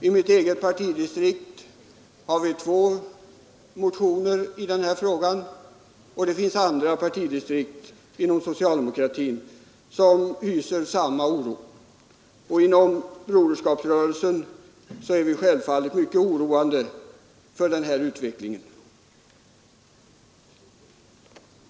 I det partidistrikt jag tillhör har det väckts två motioner i denna fråga, och inom andra socialdemokratiska partidistrikt hyser man samma oro. Inom broderskapsrörelsen är vi självfallet också mycket oroade av utvecklingen.